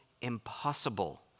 impossible